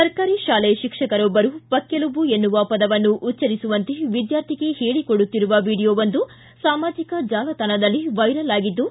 ಸರ್ಕಾರಿ ಶಾಲೆ ಶಿಕ್ಷಕರೊಬ್ಬರು ಪಕ್ಕೆಲುಬು ಎನ್ನುವ ಪದವನ್ನು ಉಚ್ಚರಿಸುವಂತೆ ವಿದ್ಯಾರ್ಥಿಗೆ ಹೇಳಿಕೊಡುತ್ತಿರುವ ವಿಡಿಯೊ ಒಂದು ಸಾಮಾಜಿಕ ಜಾಲತಾಣದಲ್ಲಿ ವೈರಲ್ ಆಗಿದ್ದು